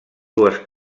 dues